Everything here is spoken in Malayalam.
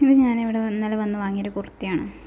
ഇത് ഞാനിവിടെ ഇന്നലെ വന്ന് വാങ്ങിയൊരു കുർത്തിയാണ്